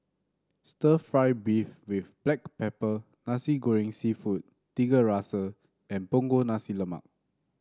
stir fry beef with Black Pepper Nasi Goreng seafood Tiga Rasa and Punggol Nasi Lemak